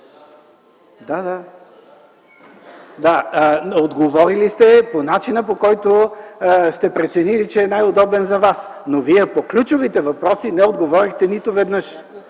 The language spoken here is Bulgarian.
Станишев.) Да, отговорили сте по начина, по който сте преценили, че е най-удобен за Вас, но по ключовите въпроси Вие не отговорихте нито веднъж.